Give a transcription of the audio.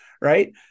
right